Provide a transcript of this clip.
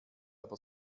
aber